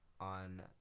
on